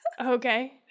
Okay